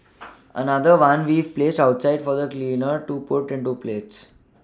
another one we've placed outside for the cleaner to put into plates